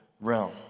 realm